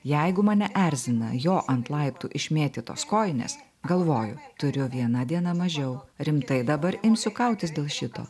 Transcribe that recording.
jeigu mane erzina jo ant laiptų išmėtytos kojinės galvojau turiu viena diena mažiau rimtai dabar imsiu kautis dėl šito